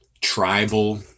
tribal